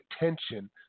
attention